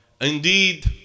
Indeed